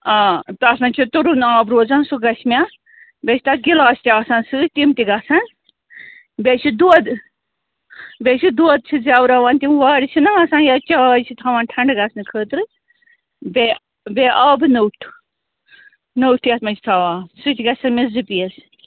آ تَتھ منٛز چھِ تُرُن آب روزان سُہ گَژھِ مےٚ بیٚیہِ چھِ تَتھ گِلاس تہِ آسان سۭتۍ تِم تہِ گژھن بیٚیہِ چھِ دۄد بیٚیہِ چھِ دۄد چھِ زٮ۪وراوان تِم وارِ چھِنا آسان یا چاے چھِ تھاوان ٹھَنٛڈٕ گژھنہٕ خٲطرٕ بیٚیہِ بیٚیہِ آبہٕ نوٚٹ نوٚٹ یَتھ منٛز چھِ تھاوان سُہ تہِ گژھن مےٚ زٕ پیٖس